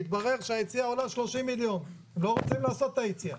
התברר שהיציאה עולה 30,000,000. הם לא רוצים לעשות את היציאה.